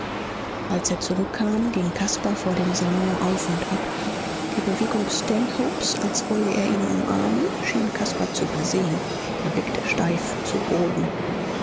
als er zurückkam ging caspar vor dem salon auf und ab die bewegung stanhopes als wolle er ihn umarmen schien caspar zu übersehen er blickte steif zu boden